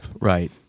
Right